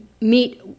meet